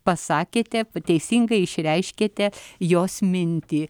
pasakėte teisingai išreiškiate jos mintį